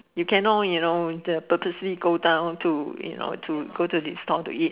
you cannot you know the purposely go down to you know to go to this stall to eat